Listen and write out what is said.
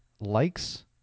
likes